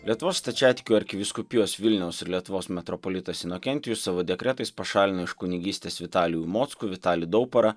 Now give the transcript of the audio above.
lietuvos stačiatikių arkivyskupijos vilniaus ir lietuvos metropolitas inokentijus savo dekretais pašalino iš kunigystės vitalijų mockų vitalį dauparą